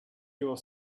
your